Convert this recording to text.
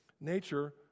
nature